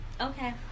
Okay